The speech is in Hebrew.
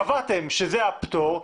קבעתם שזה הפטור.